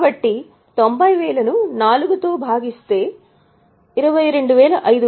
కాబట్టి మనము 90000 ను 4 తో భాగిస్తే 22500